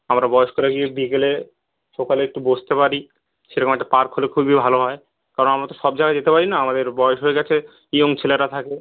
আমরা বয়স্করা গিয়ে বিকেলে সকালে একটু বসতে পারি সেরকম একটা পার্ক হলে খুবই ভালো হয় কারণ আমরা তো সব জায়গায় যেতে পারি না আমাদের বয়স হয় গেছে ইয়ং ছেলেরা থাকে